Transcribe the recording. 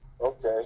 Okay